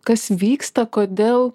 kas vyksta kodėl